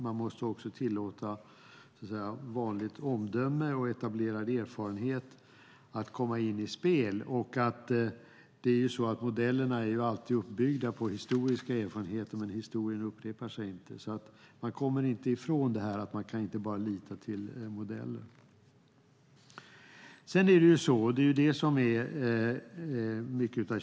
Man måste också tillåta vanligt omdöme och etablerad erfarenhet att tas med i spelen. Modellerna är alltid uppbyggda på historiska erfarenheter, men historien upprepar sig inte. Man kommer inte ifrån att man inte bara kan lita till modeller.